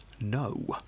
no